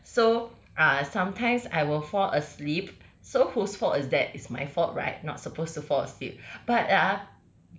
so ah sometimes I will fall asleep so who's fault is that it's my fault right not supposed to fall asleep but ah